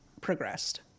progressed